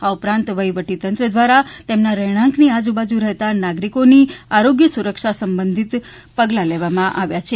આ ઉપરાંત વહીવટીતંત્ર દ્વારા તેમના રહેણાંકની આજુબાજુ રહેતા નાગરીકોની આરોગ્ય સુરક્ષા સંબંધિત પગલા લેવામાં આવ્યા છે